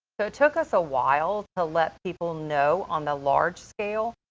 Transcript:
so it took us a while to let people know, on the large scale,